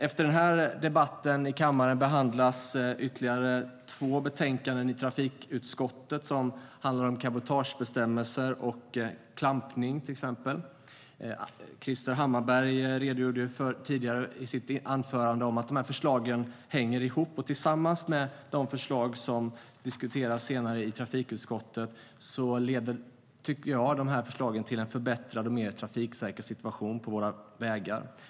Efter denna debatt behandlas två betänkanden från trafikutskottet om cabotagebestämmelser och klampning. Krister Hammarbergh redogjorde i sitt anförande tidigare för hur förslagen hänger ihop, och tillsammans med förslagen från trafikutskottet leder det till en förbättrad och mer trafiksäker situation på våra vägar.